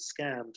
scammed